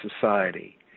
society